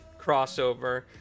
crossover